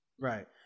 Right